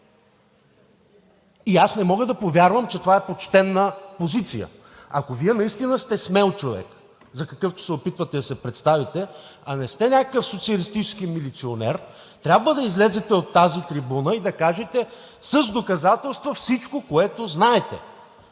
Не мога да повярвам, че това е почтена позиция. Ако Вие настина сте смел човек, за какъвто се опитвате да се представите, а не сте някакъв социалистически милиционер, трябва да излезете от тази трибуна и да кажете с доказателства всичко, което знаете,